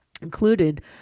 Included